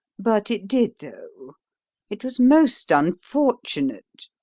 but it did, though it was most unfortunate.